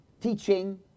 teaching